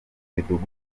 midugudu